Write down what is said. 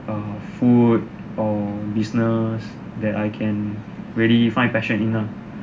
a food or business that I can really find passion in ah